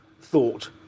thought